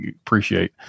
appreciate